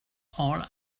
all